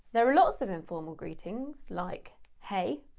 there are lots of informal greetings, like hey,